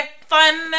fun